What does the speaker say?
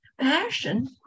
passion